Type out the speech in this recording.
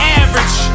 average